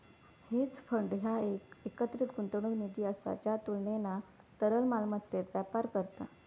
hedge fund ह्या एक एकत्रित गुंतवणूक निधी असा ज्या तुलनेना तरल मालमत्तेत व्यापार करता